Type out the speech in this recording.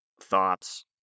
thoughts